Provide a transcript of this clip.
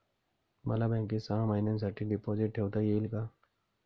मला बँकेत सहा महिन्यांसाठी डिपॉझिट ठेवता येईल का?